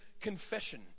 confession